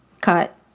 cut